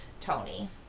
Tony